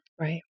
Right